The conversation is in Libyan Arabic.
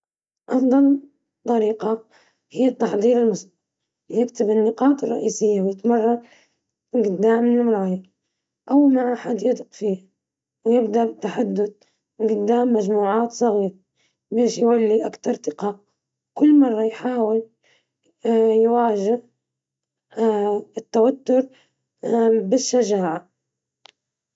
يتمرن قدام المرايا أو مع أصدقاء مقربين، يكتب اللي بيقوله ويتمرن عليه بصوت عالي، الأهم ياخذ نفس عميق قبل ما يبدأ ويتذكر إن الناس مش مركزين على أخطائه قد ما يتصور.